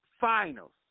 finals